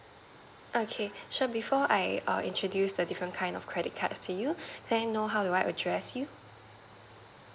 okay sure before I err introduce the different kind of credit cards to you can I know how do I address you